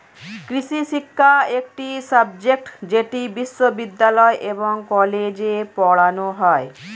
কৃষিশিক্ষা একটি সাবজেক্ট যেটি বিশ্ববিদ্যালয় এবং কলেজে পড়ানো হয়